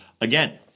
again